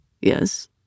Yes